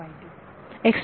विद्यार्थी x2 y2